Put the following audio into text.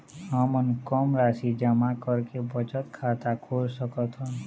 हमन कम राशि जमा करके बचत खाता खोल सकथन?